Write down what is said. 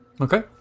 Okay